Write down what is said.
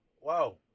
wow